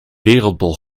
wereldbol